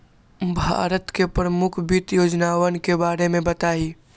भारत के प्रमुख वित्त योजनावन के बारे में बताहीं